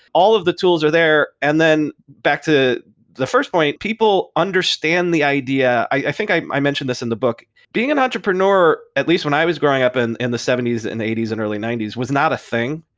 all of the tools are there. and then back to the first point, people understand the idea. i think i i mentioned this in the book being an entrepreneur, at least when i was growing up and in the seventy s and eighty s and early ninety s was not a thing.